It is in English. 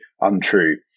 untrue